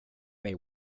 may